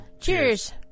Cheers